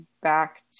back